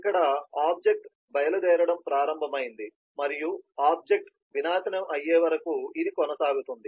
ఇక్కడే ఆబ్జెక్ట్ బయలుదేరడం ప్రారంభమైంది మరియు ఆబ్జెక్ట్ వినాశనం అయ్యే వరకు ఇది కొనసాగుతుంది